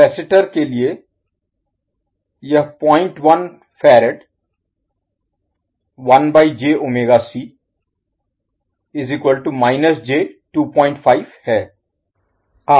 capacitor के लिए यह है